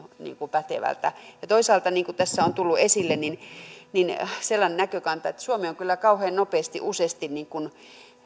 pätevältä toisaalta niin kuin tässä on tullut esille sellainen näkökanta että suomi on kyllä kauhean nopeasti useasti